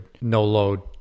no-load